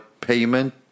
payment